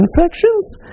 infections